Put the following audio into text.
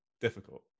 difficult